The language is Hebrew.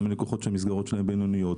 גם ללקוחות שהמסגרות שלהם בינוניות,